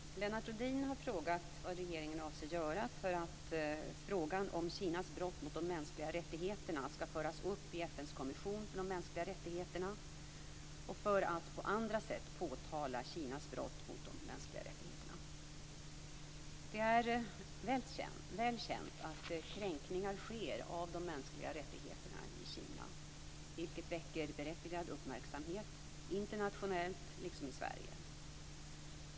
Fru talman! Lennart Rohdin har frågat vad regeringen avser att göra för att frågan om Kinas brott mot de mänskliga rättigheterna skall föras upp i FN:s kommission för de mänskliga rättigheterna och för att på andra sätt påtala Kinas brott mot de mänskliga rättigheterna. Det är väl känt att kränkningar sker av de mänskliga rättigheterna i Kina, vilket väcker berättigad uppmärksamhet, internationellt liksom i Sverige.